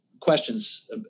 questions